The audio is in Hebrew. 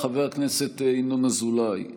חבר הכנסת ינון אזולאי,